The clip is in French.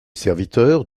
serviteur